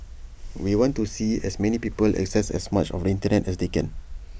we want to see as many people access as much of the Internet as they can